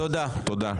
תודה.